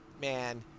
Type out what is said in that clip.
man